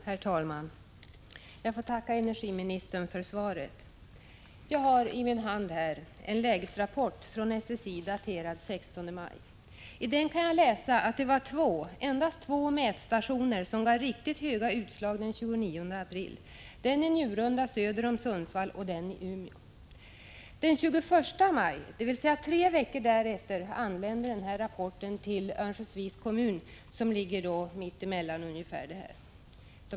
Herr talman! Jag får tacka energiministern för svaret. Jag har i min hand en lägesrapport från SSI daterad den 16 maj. I den kan jag läsa att det var endast två mätstationer som gav riktigt höga utslag den 29 april, och det var den i Njurunda söder om Sundsvall och den i Umeå. Den 21 maj, dvs. tre veckor därefter, anlände denna rapport till Örnsköldsviks kommun, som ligger ungefär mitt emellan dessa orter.